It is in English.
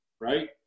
right